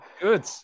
good